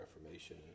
Reformation